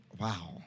wow